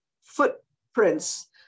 footprints